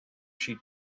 she